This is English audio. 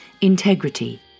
Integrity